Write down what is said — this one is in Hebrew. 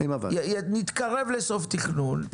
נתקרב לסוף תכנון,